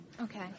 Okay